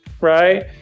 right